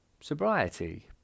sobriety